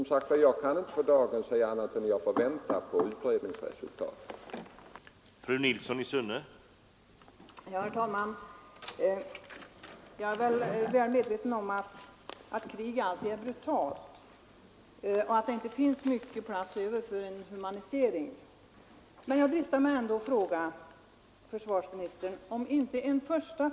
Men jag kan för dagen som sagt inte säga någonting annat än att vi får avvakta utredningsresultatet.